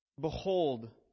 behold